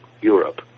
Europe